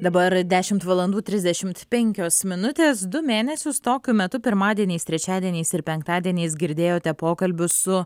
dabar dešimt valandų trisdešimt penkios minutės du mėnesius tokiu metu pirmadieniais trečiadieniais ir penktadieniais girdėjote pokalbius su